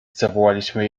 zawołaliśmy